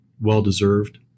well-deserved